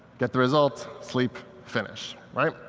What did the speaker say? get the result, sleep, finish, right?